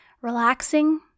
Relaxing